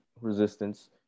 resistance